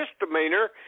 misdemeanor